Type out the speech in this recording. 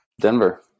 Denver